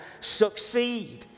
succeed